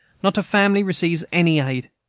not a family receives any aid.